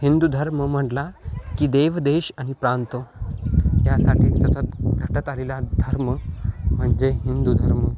हिंदू धर्म म्हटला की देव देश आणि प्रांत यांसाठी सतत झटत आलेला धर्म म्हणजे हिंदू धर्म